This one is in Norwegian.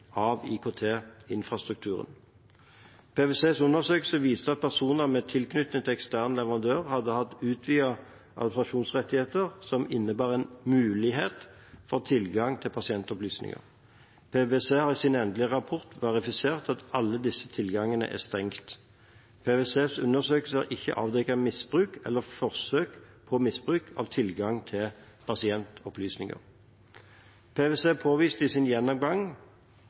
av IKT-infrastrukturen. PwCs undersøkelser viste at personer med tilknytning til ekstern leverandør hadde hatt utvidede administratorrettigheter som innebar mulighet for tilgang til pasientopplysninger. PwC har i sin endelige rapport verifisert at alle disse tilgangene er stengt. PwCs undersøkelser har ikke avdekket misbruk eller forsøk på misbruk av tilgang til pasientopplysninger. PwC påviste i sin gjennomgang